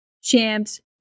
champs